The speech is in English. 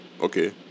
Okay